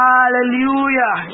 Hallelujah